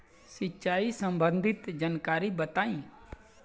सिंचाई संबंधित जानकारी बताई?